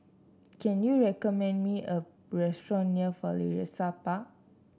can you recommend me a restaurant near Florissa Park